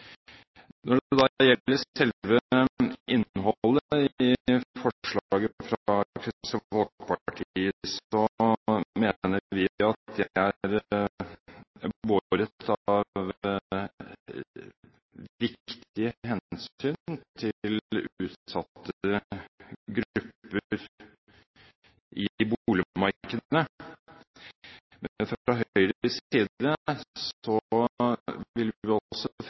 Når det gjelder selve innholdet i forslaget fra Kristelig Folkeparti, mener vi at det er båret av viktige hensyn til utsatte grupper i boligmarkedene, men fra Høyres side vil vi også fremholde at det er kommunene som i første linje har et ansvar for å bosette sin befolkning, også